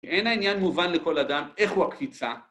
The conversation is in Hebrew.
כי אין העניין מובן לכל אדם איך הוא הקפיצה.